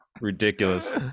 Ridiculous